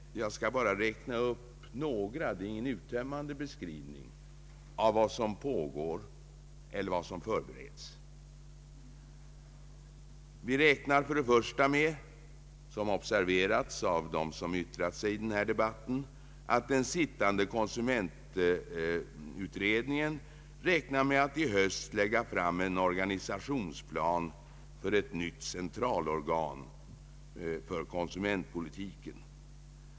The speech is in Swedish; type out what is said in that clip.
Jag skall inte ge någon uttömmande beskrivning utan bara räkna upp något av det som pågår eller förbereds. Vi räknar först och främst med, vilket observerats av dem som yttrat sig i denna debatt, att den sittande konsumentutredningen i höst kommer att lägga fram en organisationsplan för ett nytt centralorgan för konsumentpolitiken.